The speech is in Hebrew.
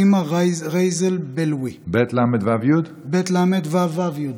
סימה רייזל בלווי, בת עשר במותה.